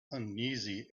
uneasy